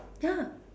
ya